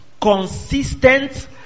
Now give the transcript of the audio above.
consistent